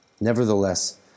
Nevertheless